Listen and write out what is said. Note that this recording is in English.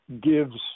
gives